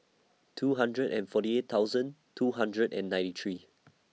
two hundred and forty eight thousand two hundred and ninety three